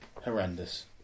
Horrendous